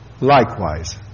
likewise